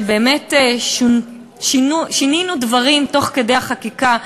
ובאמת שינינו דברים תוך כדי החקיקה,